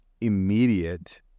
immediate